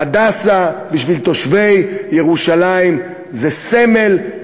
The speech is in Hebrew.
"הדסה" בשביל תושבי ירושלים זה סמל,